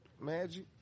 Magic